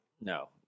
No